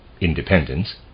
independence